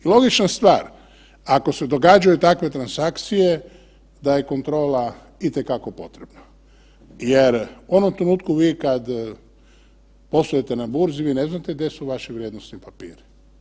Logična stvar, ako se događaju takve transakcije da je kontrola i te kako potrebna jer u onom trenutku vi kad poslujete na burzi vi ne znate gdje su vaši vrijednosni papiri.